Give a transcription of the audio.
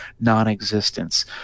non-existence